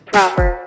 Proper